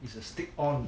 it's a stick on